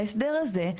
ההסדר הזה,